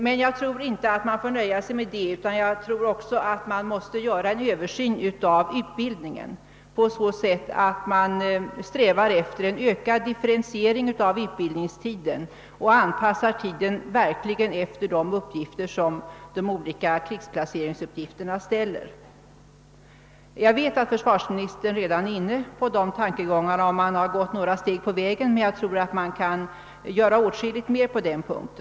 Men jag tror inte att vi bör nöja oss med det, utan vi måste också göra en översyn av utbildningen på så sätt att vi strävar efter en ökad differentiering av utbildningstiden och anpassar tiden efter de krav som de olika krigsplaceringsuppgifterna ställer. Jag vet att försvarsministern är inne på dessa tankegångar och att man har gått några steg på vägen, men jag tror att åtskilligt mer kan göras.